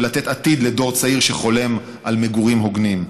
ולתת עתיד לדור צעיר שחולם על מגורים הוגנים.